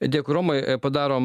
dėkui romai padarom